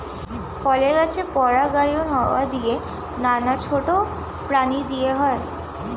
ফলের গাছের পরাগায়ন হাওয়া দিয়ে, নানা ছোট প্রাণী দিয়ে হয়